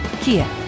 Kia